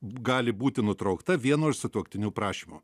gali būti nutraukta vieno iš sutuoktinių prašymu